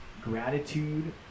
gratitude